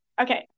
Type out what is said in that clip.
Okay